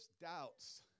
doubts